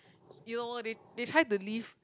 you know they they try to live